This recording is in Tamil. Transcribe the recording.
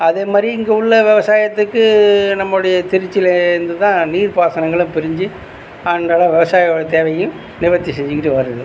அதேமாதிரி இங்கே உள்ள விவசாயத்துக்கு நம்மளுடைய திருச்சிலேருந்து தான் நீர் பாசனங்களும் பிரிஞ்சு அன்றாட விவசாயிகள் தேவையும் நிவர்த்தி செஞ்சிகிட்டு வருது